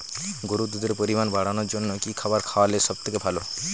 গরুর দুধের পরিমাণ বাড়ানোর জন্য কি খাবার খাওয়ানো সবথেকে ভালো?